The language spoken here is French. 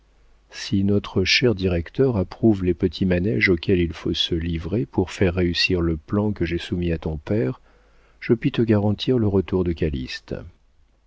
si notre cher directeur approuve les petits manéges auxquels il faut se livrer pour faire réussir le plan que j'ai soumis à ton père je puis te garantir le retour de